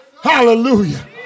Hallelujah